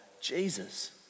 Jesus